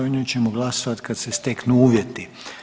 O njoj ćemo glasovati kad se steknu uvjeti.